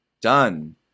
done